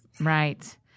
right